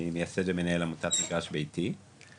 אני מייסד ומנהל עמותת מגרש ביתי,